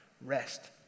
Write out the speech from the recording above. Rest